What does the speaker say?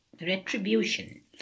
Retribution